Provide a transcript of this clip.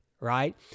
right